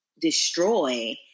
destroy